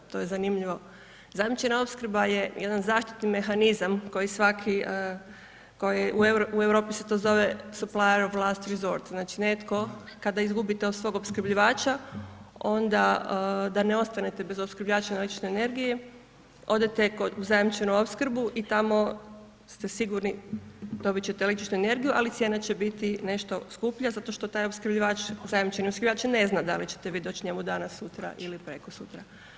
To je zanimljivo, zajamčena opskrba je jedan zaštitni mehanizam kao i svaki, koji, u Europi se to zove… [[Govornik se ne razumije]] znači, netko kada izgubi tog svog opskrbljivača, onda da ne ostanete bez opskrbljivača električne energije, odete kod zajamčenu opskrbu i tamo ste sigurni, dobit ćete električnu energiju, ali cijena će biti nešto skuplja zato što taj opskrbljivač, zajamčeni opskrbljivač ne zna da li ćete vi doći njenu danas, sutra ili prekosutra.